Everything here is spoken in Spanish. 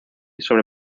sobre